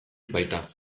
baita